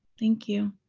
thank you.